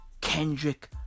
Kendrick